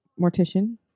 mortician